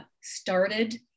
started